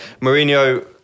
Mourinho